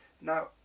now